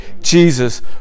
Jesus